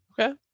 Okay